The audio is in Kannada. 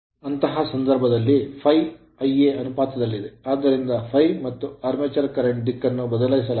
ಅಂತಹ ಸಂದರ್ಭದಲ್ಲಿ ∅ Ia ಅನುಪಾತದಲ್ಲಿವೆ ಆದ್ದರಿಂದ ∅ ಮತ್ತು armature current ಆರ್ಮೇಚರ್ ಕರೆಂಟ್ ದಿಕ್ಕನ್ನು ಬದಲಾಯಿಸಲಾಗಿದೆ